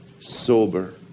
sober